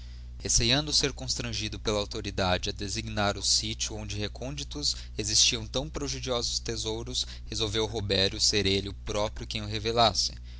receiando ser constrangido pela autoridade a designar o sitio onde recônditos existiam tão prodigiosos thesoutos resolveu roberio ser elle o próprio quem o revelasse